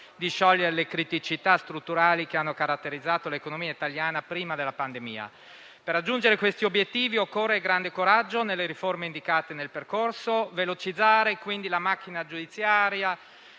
di sciogliere le criticità strutturali che hanno caratterizzato l'economia italiana prima della pandemia. Per raggiungere questi obiettivi occorre grande coraggio nelle riforme indicate nel percorso: velocizzare la macchina giudiziaria,